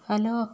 hello